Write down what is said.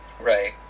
Right